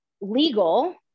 legal